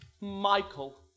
Michael